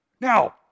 Now